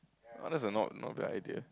orh that's a not not bad idea